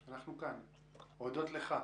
אנחנו כאן, הודות לך.